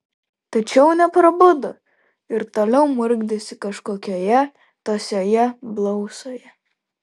tačiau neprabudo ir toliau murkdėsi kažkokioje tąsioje blausoje